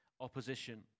opposition